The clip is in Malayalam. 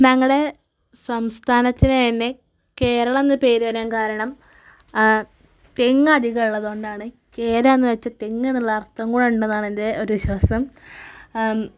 ഞങ്ങളുടെ സംസ്ഥാനത്തിനു തന്നെ കേരളമെന്നു പേരു വരാൻ കാരണം തെങ്ങധികമുള്ളതു കൊണ്ടാണ് കയറാമെന്നു വെച്ചാൽ തെങ്ങെന്നുള്ള അർത്ഥം കൂടെണ്ടെന്നാണ് എൻ്റെ വിശ്വാസം